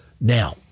Now